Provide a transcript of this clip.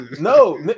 No